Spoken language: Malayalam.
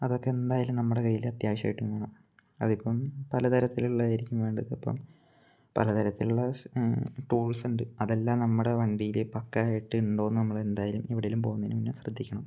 അതൊക്കെ എന്തായാലും നമ്മുടെ കൈയിൽ അത്യാവശ്യമായിട്ടും വേണം അതിപ്പം പലതരത്തിലുള്ളത് ആയിരിക്കും വേണ്ടത് അപ്പം പലതരത്തിലുള്ള ടൂൾസ് ഉണ്ട് അതെല്ലാം നമ്മുടെ വണ്ടിയിൽ പക്കാ ആയിട്ടുണ്ടോ എന്നു നമ്മൾ എന്തായാലും എവിടെ എങ്കിലും പോവുന്നതിന് മുന്നെ ശ്രദ്ധിക്കണം